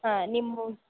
ಹಾಂ ನಿಮ್ಮು